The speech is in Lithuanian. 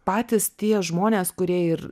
patys tie žmonės kurie ir